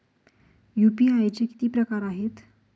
UPI चे किती प्रकार आहेत?